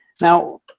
Now